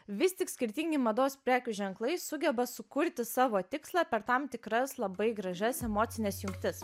vis tik skirtingi mados prekių ženklai sugeba sukurti savo tikslą per tam tikras labai gražias emocines jungtis